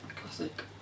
Classic